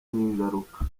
n’ingaruka